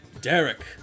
Derek